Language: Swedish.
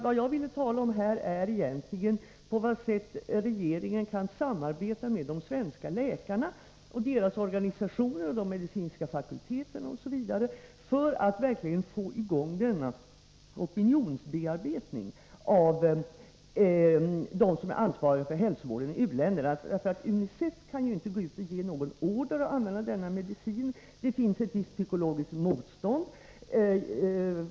Vad jag ville tala om här var nämligen på vilket sätt regeringen kan samarbeta med de svenska läkarna och deras organisationer, de medicinska fakulteterna osv. för att verkligen få i gång denna opinionsbearbetning av dem som är ansvariga för hälsovården i u-länderna. UNICEF kan ju inte ge någon order att använda denna medicin. Det finns ett visst psykologiskt motstånd.